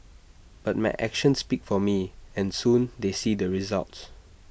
but my actions speak for me and soon they see the results